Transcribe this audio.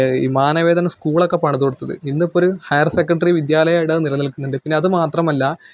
ഈ മാനവേദൻ സ്കൂൾ ഒക്കെ പണിത് കൊടുത്തത് ഇന്നിപ്പോൾ ഒരു ഹയർ സെക്കന്ഡറി വിദ്യാലയം അവിടെ നിലനില്ക്കുന്നുണ്ട് പിന്നെ അത് മാത്രമല്ല